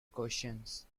questions